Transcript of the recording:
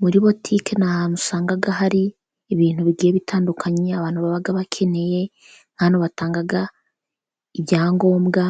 Muri butike ni ahantu usanga hari ibintu bigiye bitandukanye abantu baba bakeneye. Nk'ahantu batanga ibyangombwa,